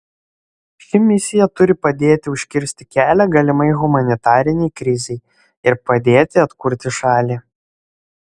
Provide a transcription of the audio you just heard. ši misija turi padėti užkirsti kelią galimai humanitarinei krizei ir padėti atkurti šalį